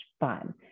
fun